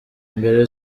mbere